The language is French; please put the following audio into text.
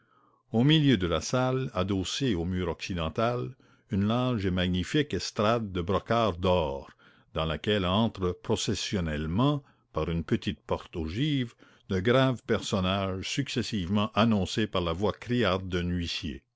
au milieu de la salle adossée au mur occidental une large et magnifique estrade de brocart d'or dans laquelle entrent processionnellement par une petite porte ogive de graves personnages successivement annoncés par la voix criarde d'un huissier